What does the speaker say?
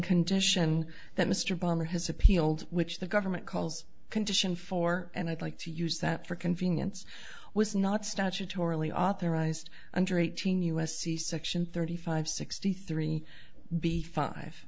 condition that mr palmer has appealed which the government calls condition for and i'd like to use that for convenience was not statutorily authorized under eighteen u s c section thirty five sixty three b five